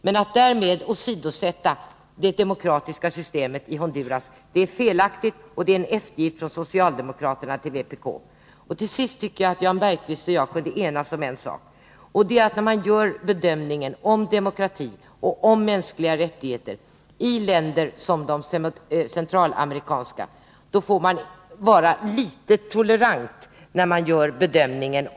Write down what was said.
Men att därmed ifrågasätta det demokratiska systemet i Honduras är felaktigt och en eftergift åt vpk. Jag tycker att Jan Bergqvist och jag kan enas om en sak. När man bedömer demokrati och mänskliga rättigheter i länder som de centralamerikanska får man vara litet tolerant.